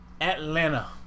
Atlanta